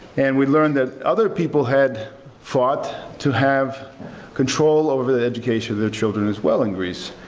and we learned that other people had fought to have control over the education of their children as well in greece,